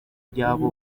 by’abo